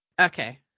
okay